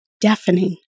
deafening